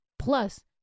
Plus